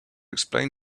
explain